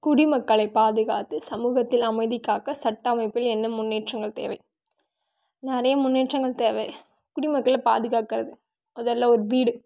குடிமக்களை பாதுகாத்து சமூகத்தில் அமைதிக்காக்க சட்ட அமைப்பில் என்ன முன்னேற்றங்கள் தேவை நிறைய முன்னேற்றங்கள் தேவை குடிமக்களை பாதுகாக்கிறது மொதலில் ஒரு வீடு